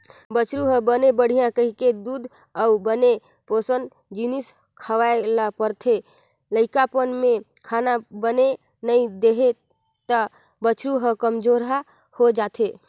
बछरु ह बने बाड़हय कहिके दूद अउ बने पोसन जिनिस खवाए ल परथे, लइकापन में खाना बने नइ देही त बछरू ह कमजोरहा हो जाएथे